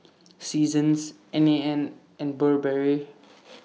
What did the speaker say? Seasons N A N and Burberry